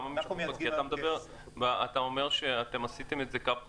כי אתה אומר שעשיתם קו חם,